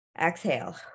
exhale